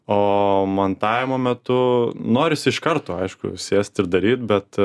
o montavimo metu norisi iš karto aišku sėst ir daryt bet